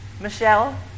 Michelle